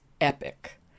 epic